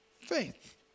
Faith